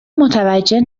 متوجه